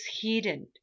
hidden